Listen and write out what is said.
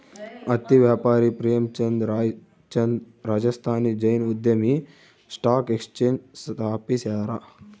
ಹತ್ತಿ ವ್ಯಾಪಾರಿ ಪ್ರೇಮಚಂದ್ ರಾಯ್ಚಂದ್ ರಾಜಸ್ಥಾನಿ ಜೈನ್ ಉದ್ಯಮಿ ಸ್ಟಾಕ್ ಎಕ್ಸ್ಚೇಂಜ್ ಸ್ಥಾಪಿಸ್ಯಾರ